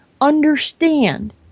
understand